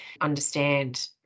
understand